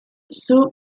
sue